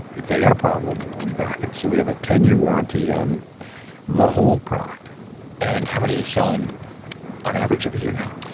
if they've got a problem, we back it. so we have a ten year warranty on the whole product and how many do you sell on on average of a year now?